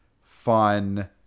fun